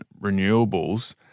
renewables